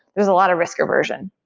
there's a lot of risk aversion.